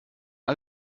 all